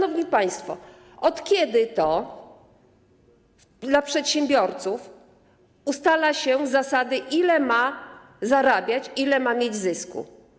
Od kiedy to dla przedsiębiorców ustala się zasady, ile ma kto zarabiać, ile ma mieć zysku?